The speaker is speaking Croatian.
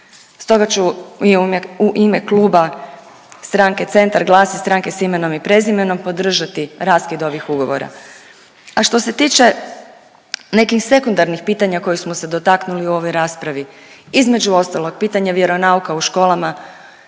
Stoga ću i u ime kluba stranke CENTAR, Stranke sa imenom i prezimenom podržati raskid ovih ugovora. A što se tiče nekih sekundarnih pitanja kojih smo se dotaknuli u ovoj raspravi između ostalog pitanje vjeronauka u školama